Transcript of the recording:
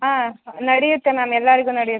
ಹಾಂ ನಡೆಯುತ್ತೆ ಮ್ಯಾಮ್ ಎಲ್ಲರಿಗು ನಡೆಯುತ್ತೆ